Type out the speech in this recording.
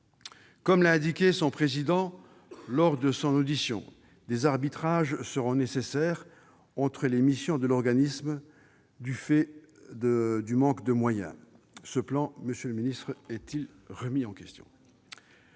Comme l'a indiqué son président lors de son audition, des arbitrages seront nécessaires entre les missions de l'organisme, du fait du manque de moyens. Ce plan, monsieur le ministre, est-il remis en question ?